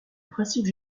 principe